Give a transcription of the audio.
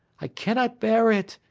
i cannot bear it,